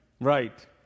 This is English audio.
right